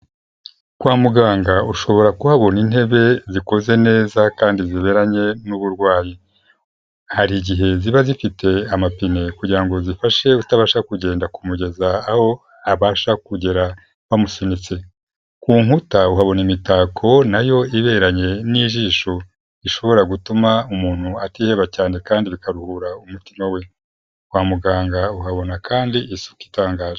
Kwa muganga ushobora kuhabona intebe zikoze neza kandi ziberanye n'uburwayi, hari igihe ziba zifite amapine kugira ngo zifashe utabasha kugenda kumugeza aho abasha kugera bamusunitse, ku nkuta uhabona imitako nayo iberanye n'ijisho, ishobora gutuma umuntu atiheba cyane kandi bikaruhura umutima we, kwa muganga uhabona kandi isuka itangaje.